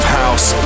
house